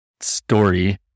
story